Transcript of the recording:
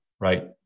right